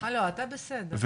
הלו, אתה בסדר.